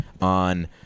on